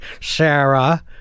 sarah